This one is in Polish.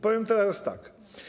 Powiem teraz tak.